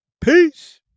Peace